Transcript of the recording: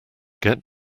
get